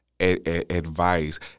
advice